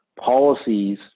policies